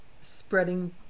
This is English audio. spreading